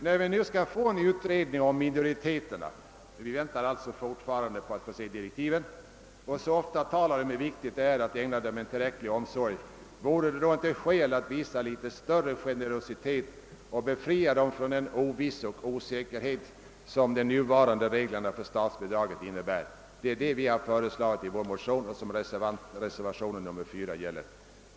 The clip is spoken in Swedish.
När vi nu skall få en utredning om minoriteterna — vi väntar alltså fortfarande på att få se direktiven — och så ofta talar om hur viktigt det är att ägna dem en tillräcklig omsorg, vore det då inte skäl att visa litet större generositet och befria dem från den osäkerhet som de nuvarande reglerna för erhållande av statsbidrag innebär? Det är detta vi har föreslagit i vår motion och som upptas i reservationen 4.